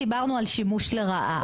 דיברנו על שימוש לרעה,